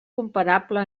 comparable